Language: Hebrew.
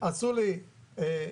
עשו לי פיתוח.